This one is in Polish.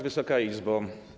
Wysoka Izbo!